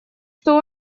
что